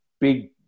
big